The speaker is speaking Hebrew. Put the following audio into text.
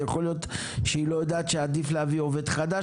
יכול להיות שהיא לא יודעת שעדיף להביא עובד חדש,